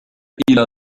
إلى